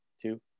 two